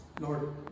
Lord